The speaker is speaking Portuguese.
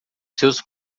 seus